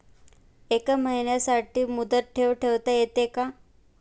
एका महिन्यासाठी मुदत ठेव ठेवता येते का?